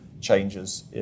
changes